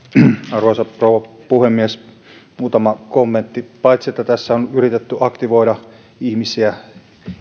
arvoisa rouva puhemies muutama kommentti paitsi että tässä on yritetty aktivoida ihmisiä